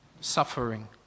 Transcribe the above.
suffering